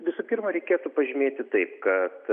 visų pirma reikėtų pažymėti taip kad